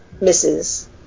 misses